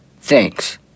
thanks